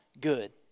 good